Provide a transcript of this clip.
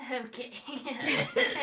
Okay